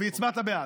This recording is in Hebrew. והצבעת בעד.